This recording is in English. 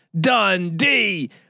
Dundee